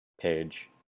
page